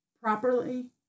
properly